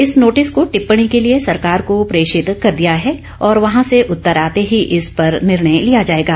इस नोटिस को टिप्पणी के लिए सरकार को प्रेषित कर दिया है और वहां से उत्तर आते ही इस पर निर्णय लिया जाएगा